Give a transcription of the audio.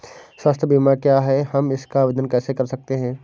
स्वास्थ्य बीमा क्या है हम इसका आवेदन कैसे कर सकते हैं?